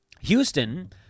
Houston